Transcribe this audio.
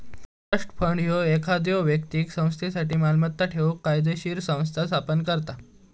trust fund ह्यो एखाद्यो व्यक्तीक संस्थेसाठी मालमत्ता ठेवूक कायदोशीर संस्था स्थापन करता